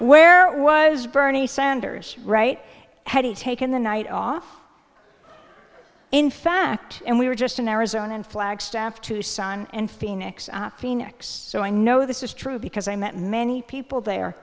where was bernie sanders right had he taken the night off in fact and we were just in arizona in flagstaff tucson and phoenix phoenix so i know this is true because i met many people there